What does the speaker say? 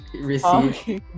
receive